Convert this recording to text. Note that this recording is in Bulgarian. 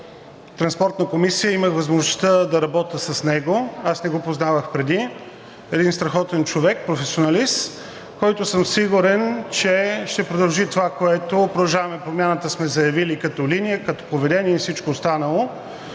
Транспортната комисия имах възможността да работя с него, аз не го познавах преди. Един страхотен човек, професионалист, който съм сигурен, че ще продължи това, което „Продължаваме Промяната“ сме заявили като линия, като поведение и всичко останало.